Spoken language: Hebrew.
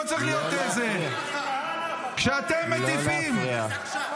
לא צריך להיות ------ כשאתם מניפים --- אין פריימריז עכשיו.